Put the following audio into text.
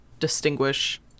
distinguish